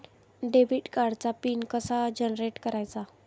Debit कार्डचा pin कसा generate करायचा?